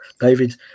David